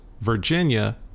Virginia